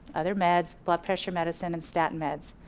other meds, blood pressure medicine, and stat meds.